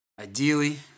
Ideally